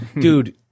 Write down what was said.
Dude